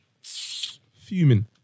Fuming